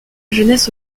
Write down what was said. jeunesse